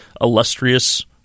illustrious